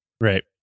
right